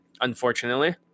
unfortunately